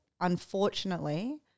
unfortunately